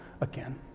again